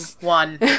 one